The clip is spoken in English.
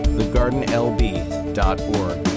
thegardenlb.org